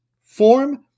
form